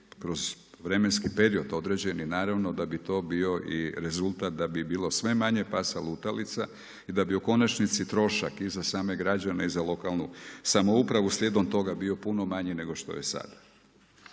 kroz vremenski period određeni naravno da bi to bio i rezultata, da bi bilo sve manje pasa lutalica i da bi o konačnici trošak i za same građane i za lokalnu samouprave slijedom toga bio puno manji nego što je sada.